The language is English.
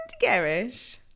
garish